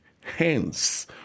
hence